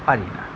পারি না